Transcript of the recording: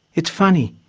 it's funny,